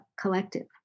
collective